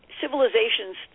civilizations